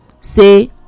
say